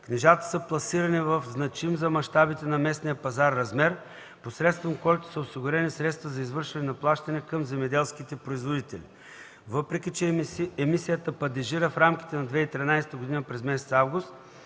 Книжата са пласирани в значим за мащабите на местния пазар размер, посредством който са осигурени средства за извършване на плащанията към земеделските производители. Въпреки че емисията падежира в рамките на 2013 г. през месец август,